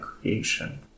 creation